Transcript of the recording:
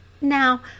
Now